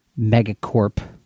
megacorp